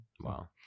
Wow